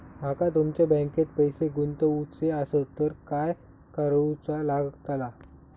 माका तुमच्या बँकेत पैसे गुंतवूचे आसत तर काय कारुचा लगतला?